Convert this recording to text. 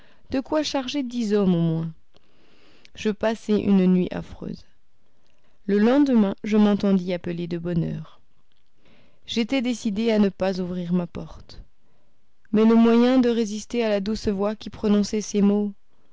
de quoi charger dix hommes au moins je passai une nuit affreuse le lendemain je m'entendis appeler de bonne heure j'étais décidé à ne pas ouvrir ma porte mais le moyen de résistera la douce voix qui prononçait ces mots